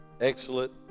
excellent